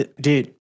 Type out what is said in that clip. dude